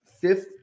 Fifth